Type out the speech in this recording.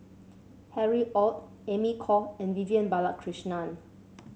Harry Ord Amy Khor and Vivian Balakrishnan